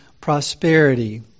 prosperity